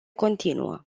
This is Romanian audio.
continuă